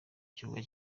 kibuga